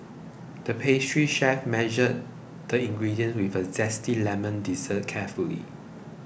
the pastry chef measured the ingredients for a Zesty Lemon Dessert carefully